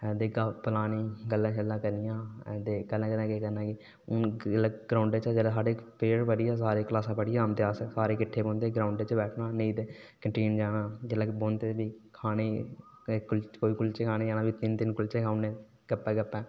ते ओह् ही पुरानी गल्लां शल्लां करनियां ते जिसलै क्लासै चा पढियै औना ते ग्रांउड च बैठना नेईं ते कैंटीन जाना किठ्ठे खाने गी कुलचे खान जाना ते फ्ही तिन्न तिन्न कुलचे खाई ओड़ने गप्पें